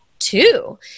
two